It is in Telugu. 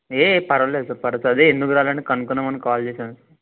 ఏ ఏ పర్వాలేదు సార్ పర్వాలేదు అదే ఎందుకు రాలేదని కనుక్కుందామని కాల్ చేశాను సార్